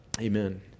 amen